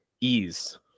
Ease